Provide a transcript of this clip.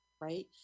right